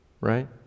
right